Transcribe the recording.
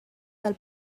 del